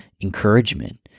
encouragement